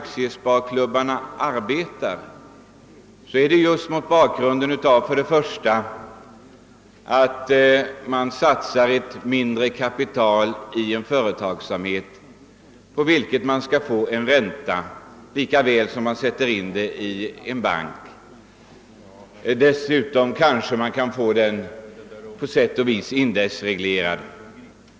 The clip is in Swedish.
Aktiesparklubbarna arbetar på så sätt, att man för det första satsar ett mindre kapital i en företagsamhet varvid man förväntar sig en ränteavkastning liksom då pengar sättsinien bank, dessutom blir insatta medel i ett bra företag värdebeständiga.